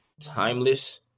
timeless